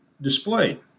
displayed